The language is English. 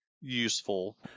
useful